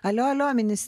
alio alio minis